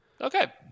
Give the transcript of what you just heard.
okay